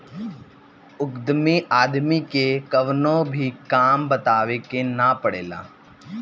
उद्यमी आदमी के कवनो भी काम बतावे के ना पड़ेला